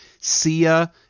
Sia